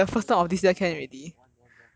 don't want lah don't want don't want don't want